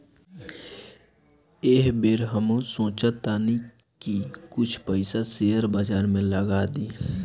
एह बेर हमहू सोचऽ तानी की कुछ पइसा शेयर बाजार में लगा दी